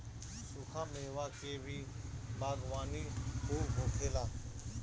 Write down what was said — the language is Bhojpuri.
सुखा मेवा के भी बागवानी खूब होखेला